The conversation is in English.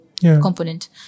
component